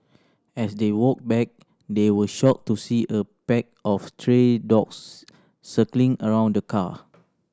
as they walked back they were shocked to see a pack of stray dogs circling around the car